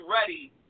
ready